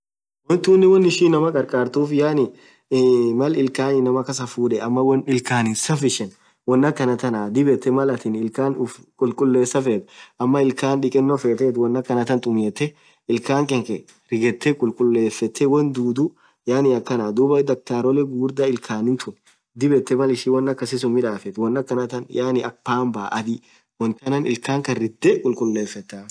Wonn tunen wonn ishin inamaa kharkharthu yaani Mal ill Khan inamaa kasafudhen ama wonn ill Khani safishenn wonn akhana thaana dhib yethe Mal atin ill Khan uff khulkhulesa fethu amaa ill Khan dhikeno fethethu wonn akhanatha tumethe ill Khan kankeee righethee khulkhullesithe wonn dhudhu yaani akhan dhub daktarole ghughurdha ill Khani tun dhib yethee Mal ishin won akasisun midhafethu won akhanathan yaani akhaa pumber adhii thanan ill khankan ridhee khulkhullesith